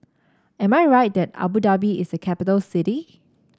am I right that Abu Dhabi is a capital city